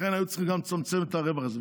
ולכן היה צריך לצמצם את הרווח הזה.